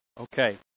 Okay